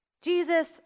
Jesus